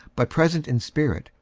but present in spirit,